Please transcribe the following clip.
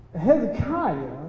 Hezekiah